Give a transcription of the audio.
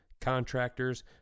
contractors